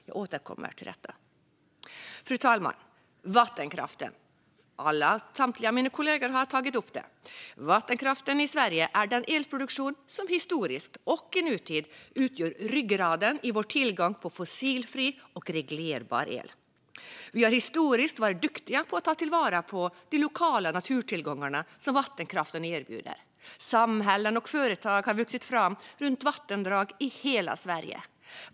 Jag återkommer till detta. Fru talman! Alla mina kollegor har tagit upp det: Vattenkraften i Sverige är den elproduktion som historiskt och i nutid utgör ryggraden i vår tillgång på fossilfri och reglerbar el. Vi har historiskt varit duktiga på att ta till vara de lokala naturtillgångar som vattenkraften erbjuder. Samhällen och företag har vuxit fram runt vattendrag i hela Sverige.